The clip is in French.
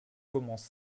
commence